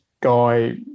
guy